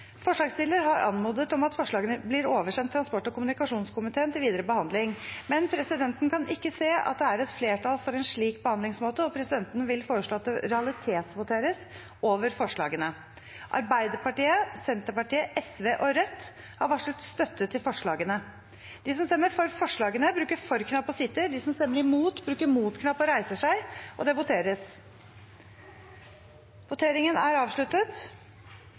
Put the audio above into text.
Forslagsstiller har anmodet om at forslagene blir oversendt transport- og kommunikasjonskomiteen til videre behandling, men presidenten kan ikke se at det er et flertall for en slik behandlingsmåte. Presidenten vil derfor foreslå at det realitetsvoteres over forslagene. – Det anses vedtatt. Arbeiderpartiet, Senterpartiet, Sosialistisk Venstreparti og Rødt har varslet støtte til forslagene. Det voteres